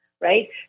Right